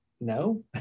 no